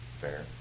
fair